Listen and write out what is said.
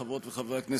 חברות וחברי הכנסת,